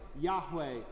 Yahweh